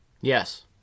Yes